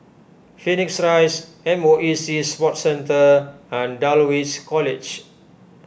Phoenix Rise M O E Sea Sports Centre and Dulwich College